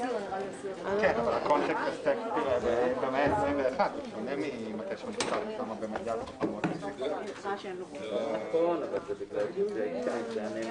הישיבה ננעלה בשעה 15:15.